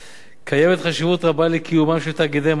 קיימת חשיבות רבה לקיומם של תאגידי מים וביוב